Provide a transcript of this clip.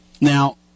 Now